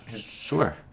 Sure